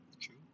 True